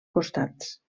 costats